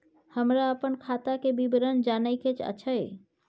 हमरा अपन खाता के विवरण जानय के अएछ?